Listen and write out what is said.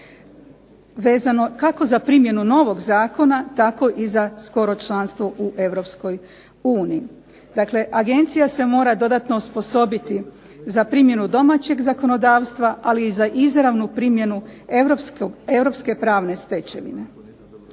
vezano kako za primjenu novog zakona, tako i za skoro članstvo u EU. Dakle, agencija se mora dodatno osposobiti za primjenu domaćeg zakonodavstva ali i za izravnu primjenu europske pravne stečevine.